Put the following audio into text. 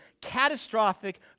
Catastrophic